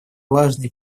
важные